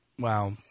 Wow